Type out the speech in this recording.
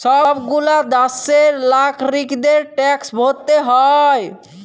সব গুলা দ্যাশের লাগরিকদের ট্যাক্স ভরতে হ্যয়